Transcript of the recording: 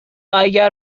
اگر